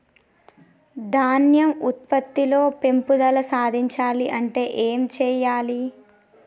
ధాన్యం ఉత్పత్తి లో పెంపుదల సాధించాలి అంటే ఏం చెయ్యాలి?